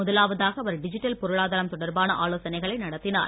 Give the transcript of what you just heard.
முதலாவதாக அவர் டிஜிட்டல் பொருளாதாரம் தொடர்பான ஆலோசனைகளை நடத்தினார்